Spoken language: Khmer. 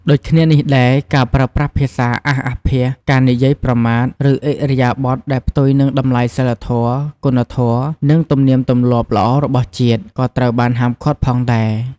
ដូចគ្នានេះដែរ ការប្រើប្រាស់ភាសាអាសអាភាស ការនិយាយប្រមាថ ឬឥរិយាបថដែលផ្ទុយនឹងតម្លៃសីលធម៌ គុណធម៌ និងទំនៀមទម្លាប់ល្អរបស់ជាតិ ក៏ត្រូវបានហាមឃាត់ផងដែរ។